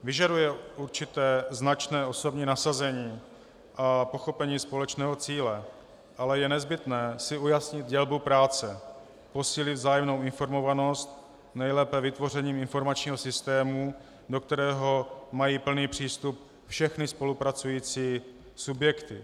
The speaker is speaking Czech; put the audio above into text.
Vyžaduje určité značné osobní nasazení a pochopení společného cíle, ale je nezbytné si ujasnit dělbu práce, posílit vzájemnou informovanost, nejlépe vytvořením informačního systému, do kterého mají plný přístup všechny spolupracující subjekty.